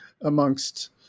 amongst